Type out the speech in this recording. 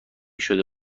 شده